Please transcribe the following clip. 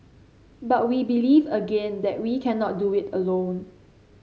but we believe again that we cannot do it alone